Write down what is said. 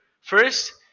First